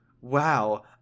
Wow